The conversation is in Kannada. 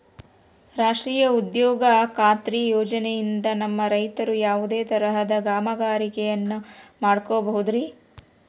ರಾಷ್ಟ್ರೇಯ ಉದ್ಯೋಗ ಖಾತ್ರಿ ಯೋಜನೆಯಿಂದ ನಮ್ಮ ರೈತರು ಯಾವುದೇ ತರಹದ ಕಾಮಗಾರಿಯನ್ನು ಮಾಡ್ಕೋಬಹುದ್ರಿ?